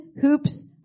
hoops